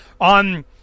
on